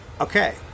Okay